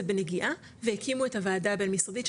בנגיעה והקימו את הוועדה הבין-משרדית,